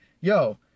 yo